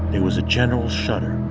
there was a general shudder,